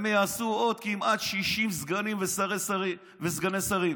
הם יעשו עוד כמעט 60 סגנים וסגני שרים.